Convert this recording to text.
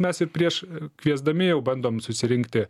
mes ir prieš kviesdami jau bandom susirinkti